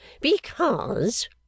Because